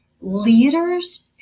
leaders